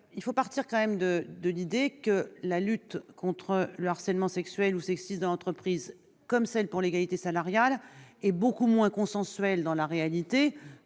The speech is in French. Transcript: vient de défendre Mme Assassi. La lutte contre le harcèlement sexuel ou sexiste dans l'entreprise, comme celle pour l'égalité salariale, est beaucoup moins consensuelle dans la réalité